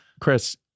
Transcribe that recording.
Chris